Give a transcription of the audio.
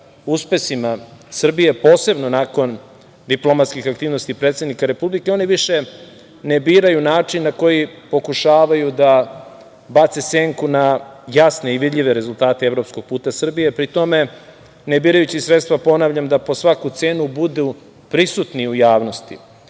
uspesima Srbije, posebno nakon diplomatskih aktivnosti predsednika Republike i oni više ne biraju način na koji pokušavaju da bace senku na jasne i vidljive rezultate evropskog puta Srbije, pri tome ne birajući sredstva, ponavljam da po svaku cenu budu prisutni u javnosti.